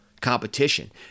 competition